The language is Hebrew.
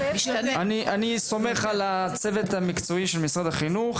אני סומך על הצוות המקצועי של משרד החינוך,